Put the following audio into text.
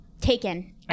Taken